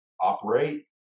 operate